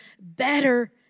better